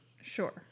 Sure